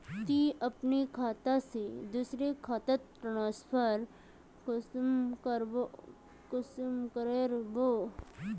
तुई अपना खाता से दूसरा खातात ट्रांसफर कुंसम करे करबो?